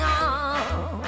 on